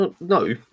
No